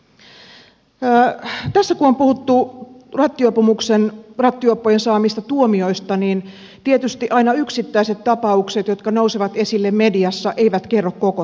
kun tässä on puhuttu rattijuoppojen saamista tuomioista niin tietysti aina yksittäiset tapaukset jotka nousevat esille mediassa eivät kerro koko totuutta